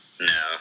No